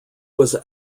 was